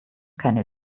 keine